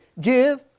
give